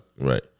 Right